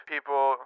People